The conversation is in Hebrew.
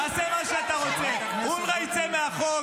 תעשה מה שאתה רוצה, אונר"א תצא מהחוק.